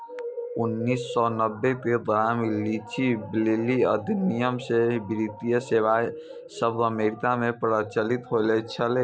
उन्नीस सौ नब्बे मे ग्राम लीच ब्लीली अधिनियम से ही वित्तीय सेबाएँ शब्द अमेरिका मे प्रचलित होलो छलै